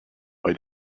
why